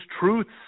truths